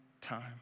time